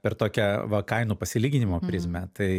per tokią va kainų palyginimo prizmę tai